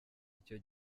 icyo